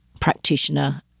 practitioner